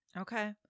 Okay